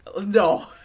no